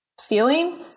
feeling